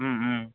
ம் ம்